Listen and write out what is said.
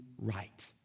right